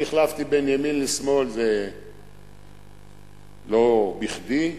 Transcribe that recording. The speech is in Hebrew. ואם החלפתי בין ימין לשמאל זה לא בכדי.